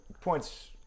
points